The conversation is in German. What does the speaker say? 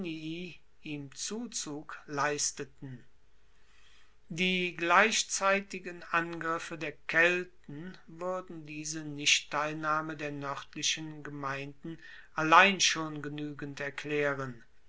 ihm zuzug leisteten die gleichzeitigen angriffe der kelten wuerden diese nichtteilnahme der noerdlichen gemeinden allein schon genuegend erklaeren